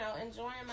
enjoying